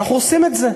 ואנחנו עושים את זה.